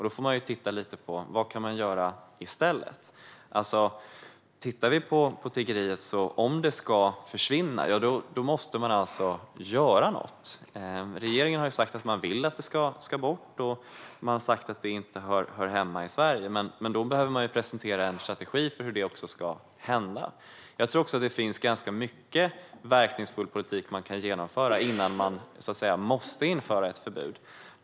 Då får man titta lite på vad man kan göra i stället. Om tiggeriet ska försvinna måste man göra något. Regeringen har sagt att man vill att tiggeriet ska bort, och man har sagt att det inte hör hemma i Sverige. Men då behöver man presentera en strategi för hur det ska hända. Det finns mycket verkningsfull politik som kan genomföras innan ett förbud måste införas.